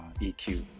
eq